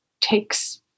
takes